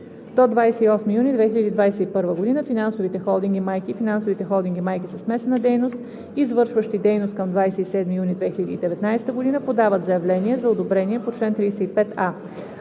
холдинги майки и финансовите холдинги майки със смесена дейност, извършващи дейност към 27 юни 2019 г., подават заявление за одобрение по чл. 35а.